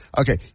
Okay